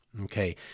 okay